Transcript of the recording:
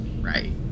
right